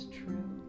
true